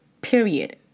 period